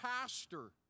pastor